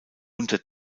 unter